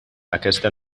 aquesta